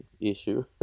issue